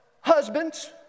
husbands